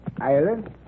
Ireland